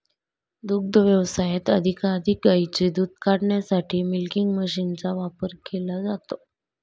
दुग्ध व्यवसायात अधिकाधिक गायींचे दूध काढण्यासाठी मिल्किंग मशीनचा वापर केला जातो